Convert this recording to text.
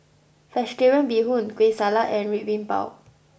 Vegetarian Bee Hoon Kueh Salat and Red Bean Bao